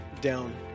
down